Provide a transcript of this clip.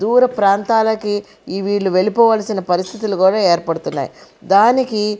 దూర ప్రాంతాలకు ఈ వీళ్లు వెళ్లిపోవలసిన పరిస్థితులు కూడా ఏర్పడుతున్నాయి దానికి